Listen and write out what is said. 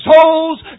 souls